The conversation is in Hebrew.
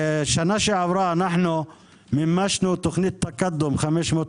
שנה שעברה אנחנו מימשנו תוכנית --- 550